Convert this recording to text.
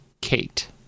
Kate